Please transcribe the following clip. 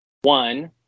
One